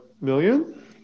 million